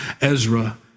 Ezra